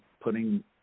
putting